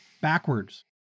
Backwards